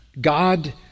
God